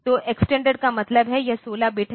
तो एक्सटेंडेड का मतलब यह 16 बिट है